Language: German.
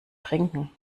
trinken